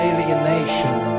Alienation